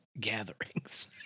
gatherings